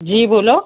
जी बोलो